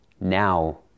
now